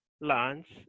lunch